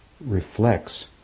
reflects